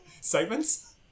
segments